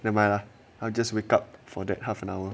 nevermind lah I'll just wake up for that half an hour